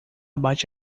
bate